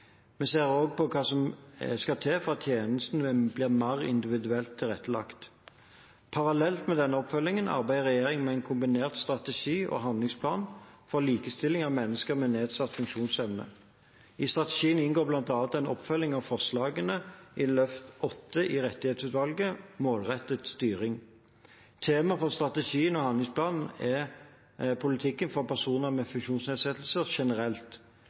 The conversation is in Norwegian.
Vi ser også på hva som skal til for at tjenestene blir mer individuelt tilrettelagt. Parallelt med denne oppfølgingen arbeider regjeringen med en kombinert strategi og handlingsplan for likestilling av mennesker med nedsatt funksjonsevne. I strategien inngår bl.a. en oppfølging av forslagene til rettighetsutvalget i løft 8, «målrettet styring». Temaet for strategien og handlingsplanen er politikken for personer med funksjonsnedsettelser generelt. Politikk og